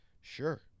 sure